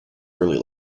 early